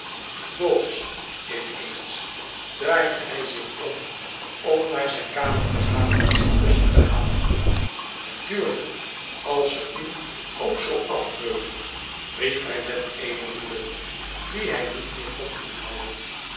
boos in eens draaide hij zich om om naar zijn kamer te gaan en zijn kussen te halen natuurlijk als ze u ook zoo af beulen riep hij met een woede die hij niet meer kon inhouden